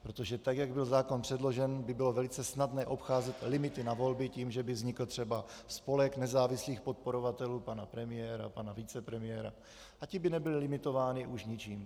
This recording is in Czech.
Protože tak jak byl zákon předložen, by bylo velice snadné obcházet limity na volby tím, že by vznikl třeba spolek nezávislých podporovatelů pana premiéra, pana vicepremiéra a ti by nebyli limitováni už ničím.